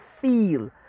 feel